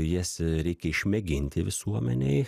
jas reikia išmėginti visuomenei